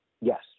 yes